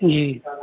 جی